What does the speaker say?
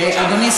אדוני,